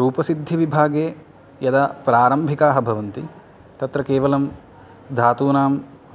रूपसिद्धिविभागे यदा प्रारंभिकाः भवन्ति तत्र केवलं धातूनां